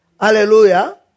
Hallelujah